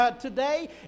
today